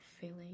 feeling